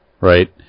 right